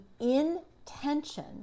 intention